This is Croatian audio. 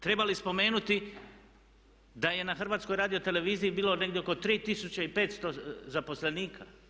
Treba li spomenuti da je na HRT-u bilo negdje oko 3500 zaposlenika?